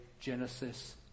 Genesis